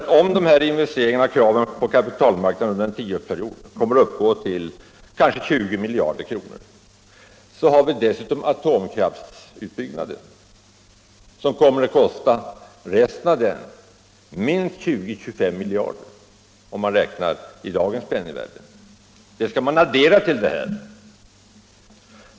Till dessa investeringar och krav på kapitalmarknaden under en tioårsperiod kanske på 20 miljarder kr. skall man nämligen addera den resterande delen av atomkraftsutbyggnaden som kommer att kosta minst 20-25 miljarder i dagens penningvärde.